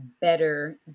better